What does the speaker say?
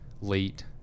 late